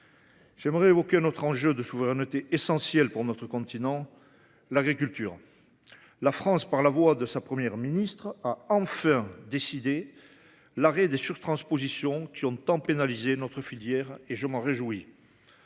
viens à un autre enjeu de souveraineté essentiel pour notre continent : l’agriculture. La France, par la voix de sa Première ministre, a enfin décidé l’arrêt des surtranspositions qui ont tant pénalisé notre filière agricole. Je m’en réjouis.